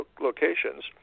locations